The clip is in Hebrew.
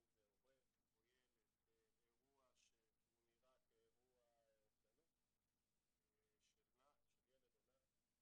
בין אם זה הורה או ילד באירוע שהוא נראה כאירוע אובדנות של ילד או נער,